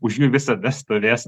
už jų visada stovės